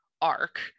arc